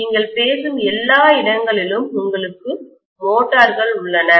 நீங்கள் பேசும் எல்லா இடங்களிலும் உங்களுக்கு மோட்டார்கள் உள்ளன